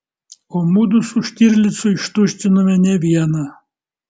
o mudu su štirlicu ištuštinome ne vieną